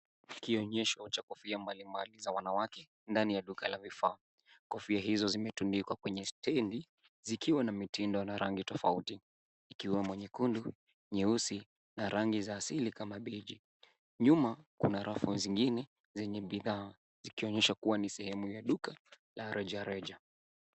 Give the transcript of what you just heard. Kionyesho cha kofia mbalimbali za wanawake ndani ya duka la vifaa. Kofia hizo zimetundikwa kwenye stendi zikiwa na mitindo na rangi tofauti ikiwemo nyekundu, nyeusi na rangi za asili kama beige .Nyuma kuna rafu zingine zenye bidhaa ikionyesha kuwa ni sehemu ya duka la rejareja.